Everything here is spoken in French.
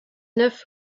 neuf